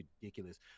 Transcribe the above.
ridiculous